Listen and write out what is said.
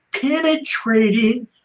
penetrating